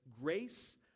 grace